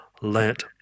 let